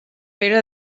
pere